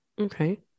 Okay